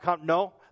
no